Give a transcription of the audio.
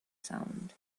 sound